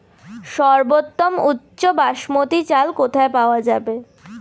সর্বোওম উচ্চ বাসমতী চাল কোথায় পওয়া যাবে?